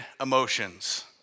emotions